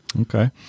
okay